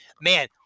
man